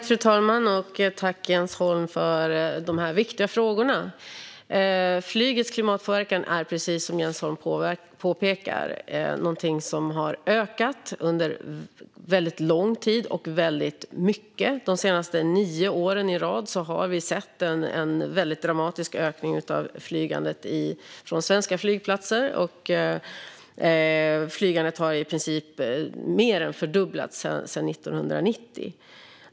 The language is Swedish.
Fru talman! Tack, Jens Holm, för dessa viktiga frågor! Flygets klimatpåverkan är, precis som Jens Holm påpekar, någonting som har ökat under väldigt lång tid och väldigt mycket. De senaste nio åren i rad har vi sett en dramatisk ökning av flygandet från svenska flygplatser. Flygandet har i princip mer än fördubblats sedan 1990.